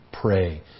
pray